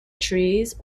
trees